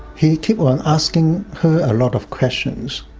he kept on asking her a lot of questions,